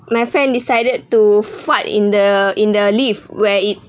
my friend decided to fart in the in the lift where it